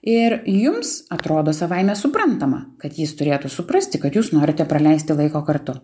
ir jums atrodo savaime suprantama kad jis turėtų suprasti kad jūs norite praleisti laiko kartu